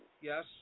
Yes